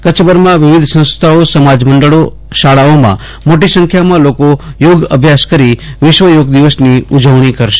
કચ્છભરમાં વિવિધ સંસ્થાઓ સમાજ મંડળો શાળાઓમાં મોટી સંખ્યામાં લોકો યોગ અભ્યાસ કરી વિશ્વ યોગ દિવસની ઉજવણી કરશે